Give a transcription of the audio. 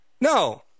No